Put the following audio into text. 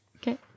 Okay